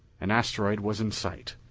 an asteroid was in sight.